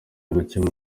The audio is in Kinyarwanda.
gukemura